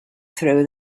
throw